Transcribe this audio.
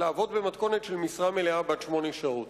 במתכונת של משרה מלאה בת שמונה שעות.